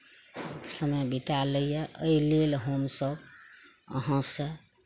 समय बीतै लय एहि लेल हमसब अहाँ सऽ